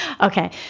Okay